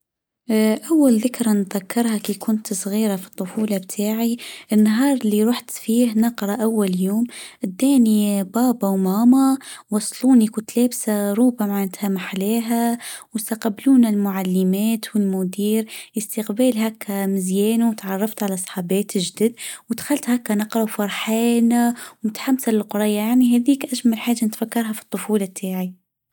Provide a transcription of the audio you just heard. اول ذكرى نذكرها كي كنت صغيره في الطفوله بتاعي. النهار اللي رحت فيه نقره اول يوم اديني بابا وماما وصلوني كنت لابسه ربو معناتها ما أحلااها وأستقبلونا المعلمات والمدير أستقبال هكا مزيان واتعرفت علي صحبات جدد ودخلت هكا نقرا وفرحانه ومتحمسه للقريه يعني هذيك أجمل حاجه نتفكرها في الطفوله تاعي.